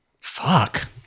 Fuck